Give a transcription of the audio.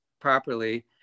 properly